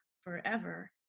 forever